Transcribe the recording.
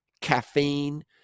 caffeine